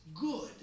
good